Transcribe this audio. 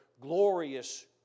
glorious